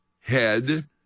head